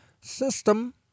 system